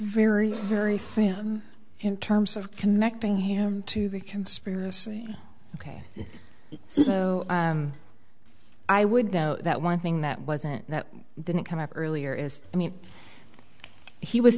very very soon in terms of connecting him to the conspiracy ok so i would know that one thing that wasn't that didn't come up earlier is i mean he was